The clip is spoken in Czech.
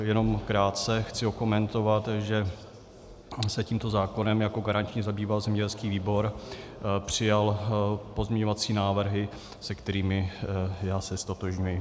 Jenom krátce chci okomentovat, že se tímto zákonem jako garanční zabýval zemědělský výbor, přijal pozměňovací návrhy, se kterými já se ztotožňuji.